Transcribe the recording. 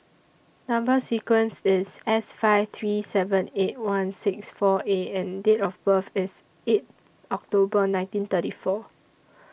Number sequence IS S five three seven eight one six four A and Date of birth IS eight October nineteen thirty four